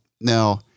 now